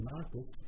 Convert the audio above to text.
Marcus